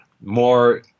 more